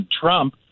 Trump